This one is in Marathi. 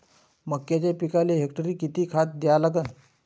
मक्याच्या पिकाले हेक्टरी किती खात द्या लागन?